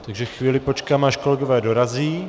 Takže chvíli počkám, až kolegové dorazí.